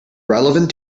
relevant